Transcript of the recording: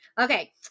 Okay